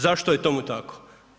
Zašto je tomu tako?